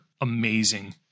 Amazing